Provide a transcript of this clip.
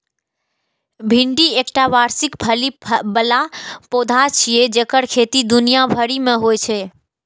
भिंडी एकटा वार्षिक फली बला पौधा छियै जेकर खेती दुनिया भरि मे होइ छै